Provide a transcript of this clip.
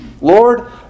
Lord